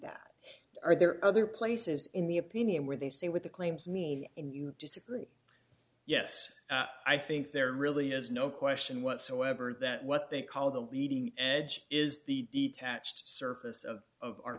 that are there other places in the opinion where they say what the claims mean and you disagree yes i think there really is no question whatsoever that what they call the leading edge is the detached surface of of our